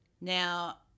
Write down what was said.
Now